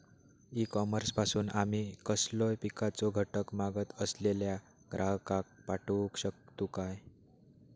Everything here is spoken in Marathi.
ई कॉमर्स पासून आमी कसलोय पिकाचो घटक मागत असलेल्या ग्राहकाक पाठउक शकतू काय?